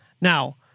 Now